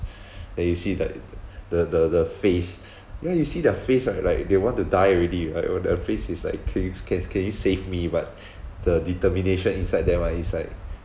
then you see like th~ the the the face ya you see their face right like they want to die already !aiyo! their face is like can you s~ can can you save me but the determination inside them ah is like